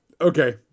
Okay